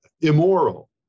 immoral